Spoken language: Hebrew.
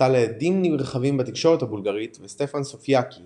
זכתה להדים נרחבים בתקשורת הבולגרית וסטפן סופיאנסקי